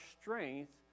strength